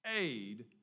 aid